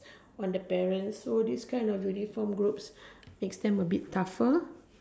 on the parents so this kind of uniform groups makes them a bit tougher